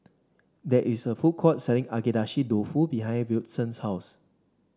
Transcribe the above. there is a food court selling Agedashi Dofu behind Wilton's house